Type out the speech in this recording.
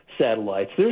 satellites